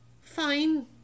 Fine